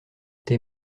tes